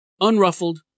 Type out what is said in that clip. unruffled